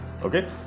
okay